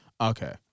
okay